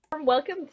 Welcome